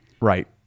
Right